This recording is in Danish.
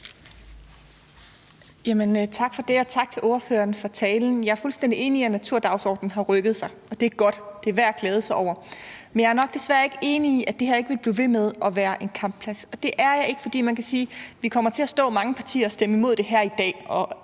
Tak for det, og tak til ordføreren for talen. Jeg er fuldstændig enig i, at naturdagsordenen har rykket sig, og det er godt, det er værd at glæde sig over. Men jeg er nok desværre ikke enig i, at det her ikke vil blive ved med at være en kampplads, og det er jeg ikke, fordi man kan sige, at vi kommer til at stå mange partier og stemme imod det her i dag,